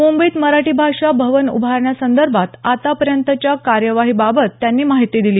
मुंबईत मराठी भाषा भवन उभारण्यासंदर्भात आतापर्यंतच्या कार्यवाहीबाबत त्यांनी माहिती दिली